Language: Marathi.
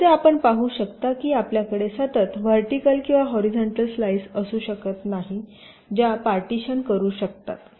जसे आपण पाहू शकता की आपल्याकडे सतत व्हर्टिकल किंवा हॉरीझॉन्टल स्लाइस असू शकत नाहीत ज्या पार्टीशीयन करू शकतात